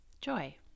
joy